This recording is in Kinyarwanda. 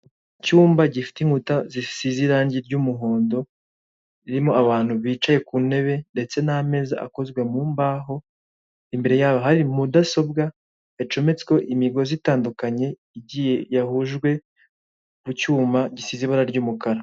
Icyumba gifite inkuta zisize irangi ry'umuhondo ririmo abantu bicaye kuntebe ndetse n'ameza akozwe mumbaho imbere yaho hari mudasobwa yacometswe imigozi itandukanye yahujwe n'icyuma gisize ibara ry'umukara.